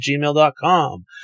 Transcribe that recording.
gmail.com